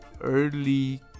early